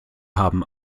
haben